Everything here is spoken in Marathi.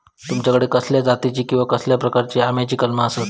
तुमच्याकडे कसल्या जातीची किवा कसल्या प्रकाराची आम्याची कलमा आसत?